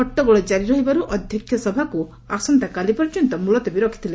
ହଟ୍ଟଗୋଳ ଜାରି ରହିବାରୁ ଅଧ୍ୟକ୍ଷ ସଭାକୁ ଆସନ୍ତାକାଲି ପର୍ଯ୍ୟନ୍ତ ମୁଲତବୀ ରଖିଥିଲେ